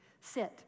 Sit